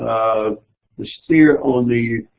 ah the steer on the.